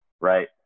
right